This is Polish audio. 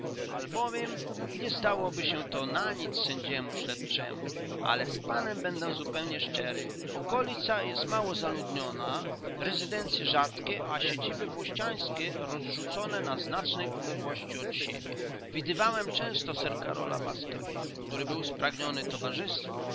albowiem nie zdałoby się to na nic sędziemu śledczemu ale z panem będę zupełnie szczery okolica jest mało zaludniona rezydencye rzadkie a siedziby włościańskie rozrzucone na znacznej odległości od siebie widywałem często sir karola baskerville który był spragniony towarzystwa